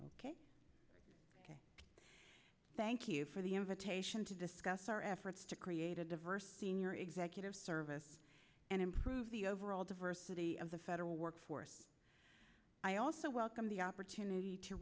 really ok ok thank you for the invitation to discuss our efforts to create a diverse senior executive service and improve the overall diversity of the federal workforce i also welcome the opportunity to